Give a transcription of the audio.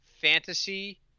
fantasy